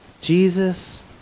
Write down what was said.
Jesus